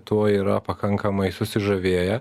tuo yra pakankamai susižavėję